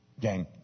Gang